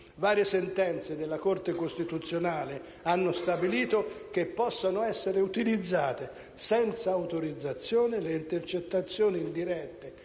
Varie sentenze della Corte costituzionale hanno stabilito che possono essere utilizzate, senza autorizzazione, le intercettazioni indirette